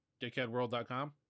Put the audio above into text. dickheadworld.com